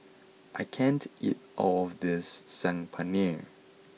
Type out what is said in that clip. I can't eat all of this Saag Paneer